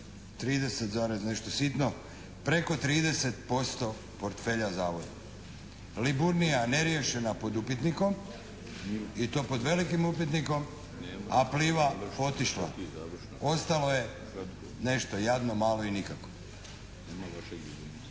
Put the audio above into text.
30 i nešto sitno, preko 30% portfelja zavoda. "Liburnija" neriješena, pod upitnikom i to pod velikim upitnikom a "Pliva" otišla. Ostalo je nešto jadno, malo i nikakvo. **Milinović,